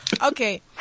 Okay